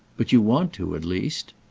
but you want to at least?